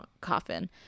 coffin